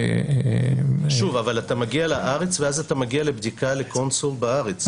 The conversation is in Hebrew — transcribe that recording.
אבל אתה מגיע לארץ ואז אתה מגיע לבדיקה לקונסול בארץ.